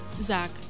Zach